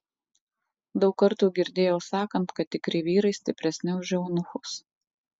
daug kartų girdėjau sakant kad tikri vyrai stipresni už eunuchus